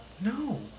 No